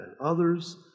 others